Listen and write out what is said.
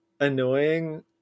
annoying